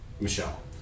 Michelle